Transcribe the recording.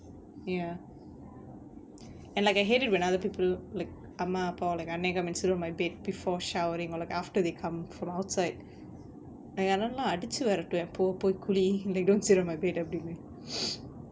ya and like I hate it when other people like அம்மா அப்பா:amma appa and sit on my bed before showering or like after they come from outside நா என் அண்ணனெல்லா அடிச்சு வேரட்டுவேன் போ போய் குளி:naa en annanellaa adichu verattuven po poi kuli they don't sit on my bed I'd be like